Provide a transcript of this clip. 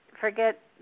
forget